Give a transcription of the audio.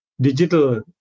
digital